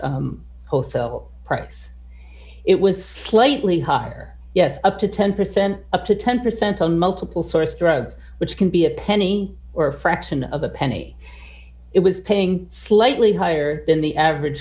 wholesale price it was slightly higher yes up to ten percent up to ten percent on multiple source drugs which can be a penny or a fraction of a penny it was paying slightly higher than the average